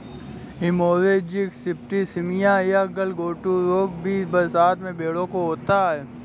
haemorrhagic septicaemia या गलघोंटू रोग भी बरसात में भेंड़ों को होता है